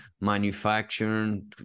manufacturing